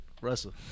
Russell